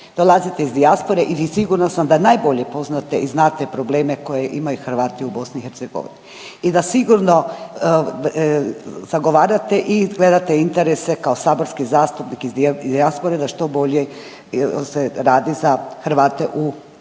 Dolazite iz dijaspore i sigurna sam da najbolje poznate i znate probleme koje imaju Hrvati u BiH i da sigurno zagovarate i gledate interese kao saborski zastupnik iz dijaspore da što bolje se radi za Hrvate u BiH.